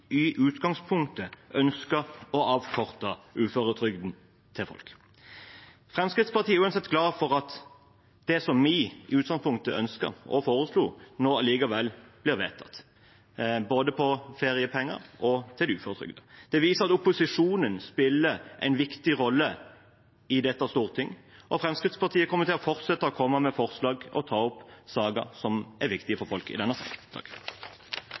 i utgangspunktet ønsket å avkorte uføretrygden til folk. Fremskrittspartiet er uansett glad for at det som vi i utgangspunktet ønsket og foreslo, nå likevel blir vedtatt – både når det gjelder feriepenger og uføretrygd. Det viser at opposisjonen spiller en viktig rolle i dette storting, og Fremskrittspartiet kommer til å fortsette å komme med forslag og ta opp saker i denne salen som er viktig for folk.